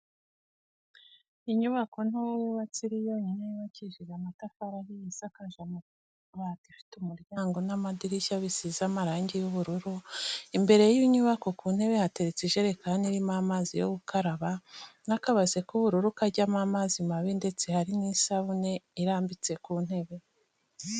Inyubako ntoya yubatse iri yonyine, yubakishije amatafari ahiye isakaje amabati ifite umuryango n'amadirishya bisize amarangi y'ubururu, imbere y'inyubako ku ntebe hateretse ijerekani irimo amazi yo gukaraba n'akabase k'ubururu kajyamo amazi mabi ndetse hari n'isabuni irambitse ku ntebe.